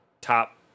top